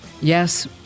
yes